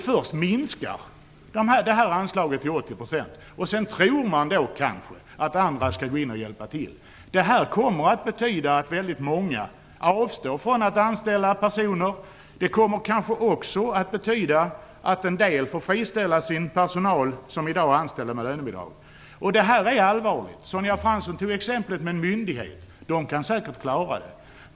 Först minskar man anslaget till 80 % och sedan tror man att andra skall gå in och hjälpa till. Det betyder att väldigt många kommer att avstå från att anställa personer. En del får kanske friställa den personal som i dag är anställd med lönebidrag. Det här är allvarligt. Sonja Fransson tog upp ett exempel om en myndighet. Myndigheterna kan säkert klara detta.